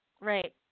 right